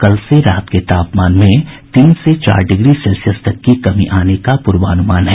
कल से रात के तापमान में तीन से चार डिग्री सेल्सियस तक की कमी आने का पूर्वानूमान है